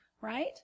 Right